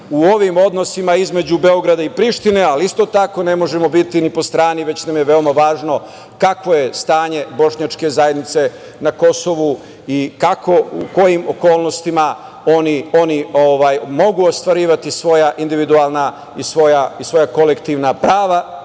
u ovim odnosima između Beograda i Prištine, ali isto tako ne možemo biti ni po strani već nam je veoma važno kakvo je stanje bošnjačke zajednice na Kosovu i kako u kojim okolnostima oni mogu ostvarivati svoja individualna i svoja kolektivna prava